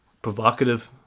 provocative